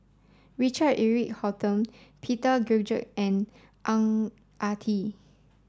Richard Eric Holttum Peter Gilchrist and Ang Ah Tee